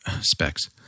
specs